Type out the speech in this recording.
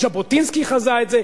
ז'בוטינסקי חזה את זה,